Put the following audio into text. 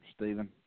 Stephen